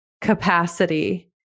capacity